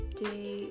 day